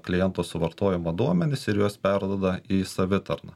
kliento suvartojimo duomenis ir juos perduoda į savitarną